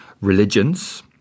religions